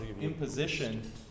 imposition